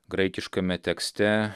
graikiškame tekste